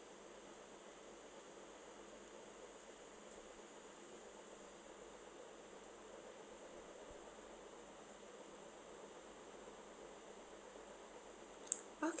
o~